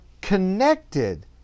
connected